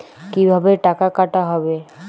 কিভাবে টাকা কাটা হবে?